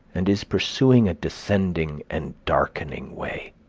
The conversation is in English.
and is pursuing a descending and darkening way.